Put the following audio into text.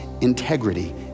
integrity